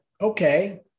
okay